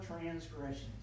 transgressions